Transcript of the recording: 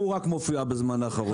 רק הוא מופיע בזמן האחרון.